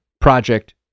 project